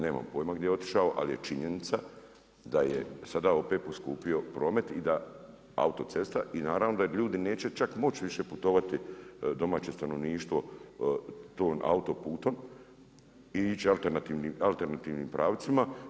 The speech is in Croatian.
Nemam pojma gdje je otišao, ali je činjenica da je sada opet poskupio promet i da, autocesta i naravno da ljudi neće čak moći više putovati domaće stanovništvo tim autoputom i ići alternativnim pravcima.